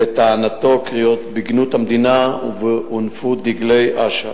לטענתו, קריאות בגנות המדינה והונפו דגלי אש"ף.